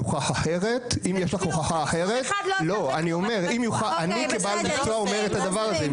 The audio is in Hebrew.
לא, אני אומר, אני כבעל מקצוע אומר את הדבר הזה.